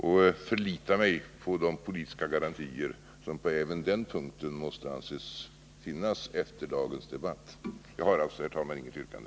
Jag förlitar mig till nöds på de politiska garantier som efter dagens debatt måste anses finnas även på den punkten. Jag har alltså, herr talman, inget yrkande.